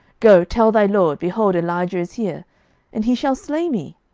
go, tell thy lord, behold, elijah is here and he shall slay me.